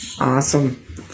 Awesome